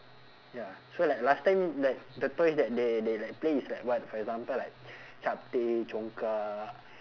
ya so like last time like the toys that they they like play is like what for example like chapteh congkak